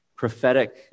prophetic